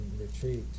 Retreat